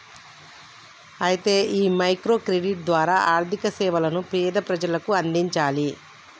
అయితే ఈ micro credit ద్వారా ఆర్థిక సేవలను పేద ప్రజలకు అందించాలి